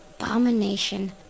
abomination